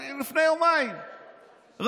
מסתדר.